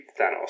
Thanos